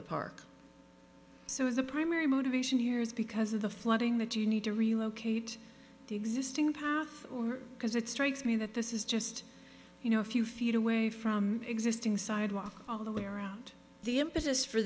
the park so the primary motivation years because of the flooding that you need to relocate existing path because it strikes me that this is just you know a few feet away from existing sidewalk all the way around the impetus for